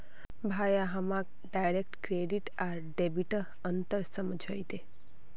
भाया हमाक direct credit आर डेबिटत अंतर समझइ दे